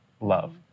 love